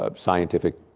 ah scientific